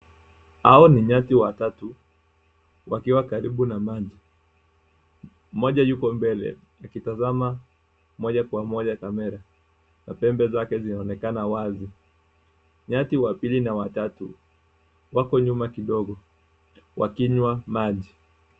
Hawa ni nyati watatu, wakiwa karibu na maji, mmoja yuko mbele, akitazama moja kwa moja kamera, na pembe zake zinaonekana wazi, nyati wa pili na wa tatu, wako nyuma kidogo, wakinywa maji.